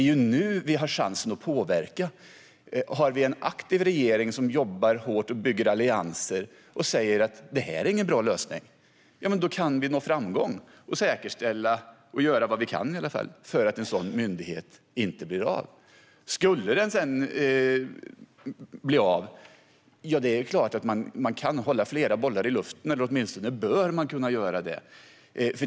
Det är nu vi har chansen att påverka. Om vi har en aktiv regering som jobbar hårt, bygger allianser och säger att detta inte är någon bra lösning kan vi nå framgång och säkerställa - eller i alla fall göra vad vi kan för detta - att en sådan myndighet inte blir verklighet. Om denna myndighet sedan skulle bli verklighet kan man förstås - eller bör åtminstone kunna - hålla flera bollar i luften.